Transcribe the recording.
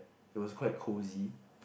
it was quite cozy